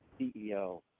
CEO